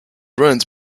brands